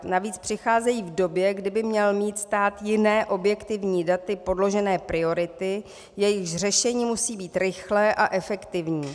Navíc přicházejí v době, kdy by měl mít stát jiné objektivními daty podložené priority, jejichž řešení musí být rychlé a efektivní.